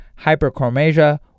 hyperchromasia